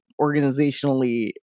organizationally